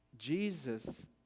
Jesus